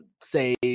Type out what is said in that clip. say